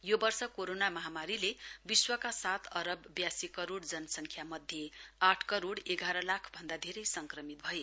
यो वर्ष कोराना महामारीले विश्वका सात अरब वयासी करोड़ जनसंख्यामध्ये आठ करोड़ एघार लाख भन्दा धेरै संक्रमित भए